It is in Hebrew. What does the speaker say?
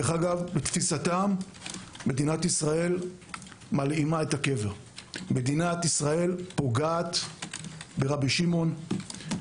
לתפיסתם מדינת ישראל מלאימה את הקבר ופוגעת ברבי שמעון,